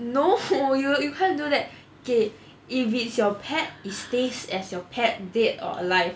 no you you can't do that okay if it's your pet it stays as your pet dead or alive